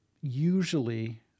usually